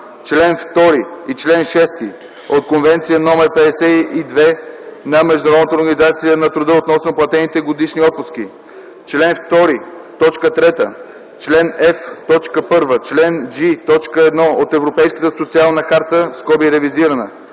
чл. 2 и чл. 6 от Конвенция № 52 на Международната организация на труда относно платените годишни отпуски, чл. 2, т. 3, чл. F, т. 1, чл. G, т. 1 от Европейската социална харта (ревизирана),